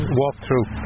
walkthrough